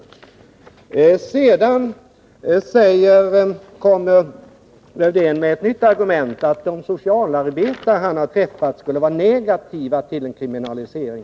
Sedan kom Lars-Erik Lövdén med ett nytt argument. Socialarbetare som han har träffat skulle vara negativa till en kriminalisering.